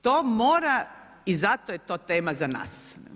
To mora i zato je to tema za nas.